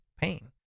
pain